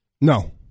No